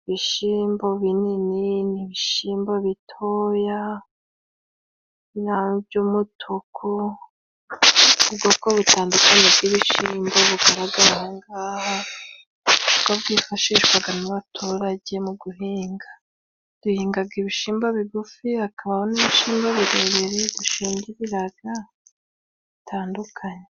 ibishimbo binini, n'ibishimbo bitoya by'umutuku. Ubwoko butandukanye bw'ibishimbo bugaragaraga aha ng'aha ni bwo bwifashishwaga n'abaturage mu guhinga. Duhingaga ibishimbo bigufi, hakabaho n'ibishimbo birebire dushingiriraga bitandukanye.